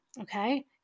okay